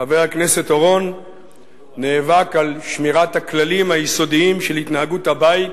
חבר הכנסת אורון נאבק על שמירת הכללים היסודיים של התנהגות הבית,